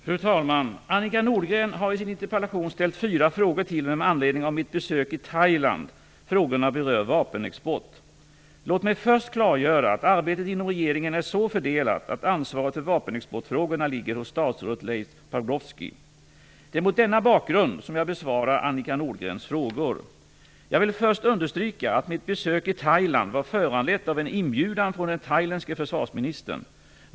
Fru talman! Annika Nordgren har i sin interpellation ställt fyra frågor till mig med anledning av mitt besök i Thailand. Frågorna berör vapenexport. Låt mig först klargöra att arbetet inom regeringen är så fördelat att ansvaret för vapenexportfrågorna ligger hos statsrådet Leif Pagrotsky. Det är mot denna bakgrund som jag besvarar Annika Nordgrens frågor. Jag vill först understryka att mitt besök i Thailand var föranlett av en inbjudan från den thailändske försvarsministern.